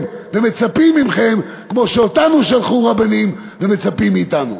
ומצפים מכם כמו שאותנו שלחו רבנים ומצפים מאתנו.